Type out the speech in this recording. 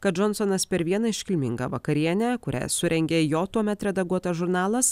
kad džonsonas per vieną iškilmingą vakarienę kurią surengė jo tuomet redaguotas žurnalas